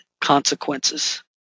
consequences